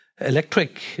electric